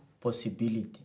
possibility